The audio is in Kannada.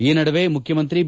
ಈ ನಡುವೆ ಮುಖ್ಯಮಂತ್ರಿ ಬಿ